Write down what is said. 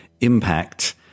impact